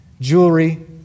Jewelry